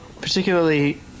particularly